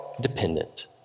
Dependent